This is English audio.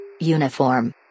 Uniform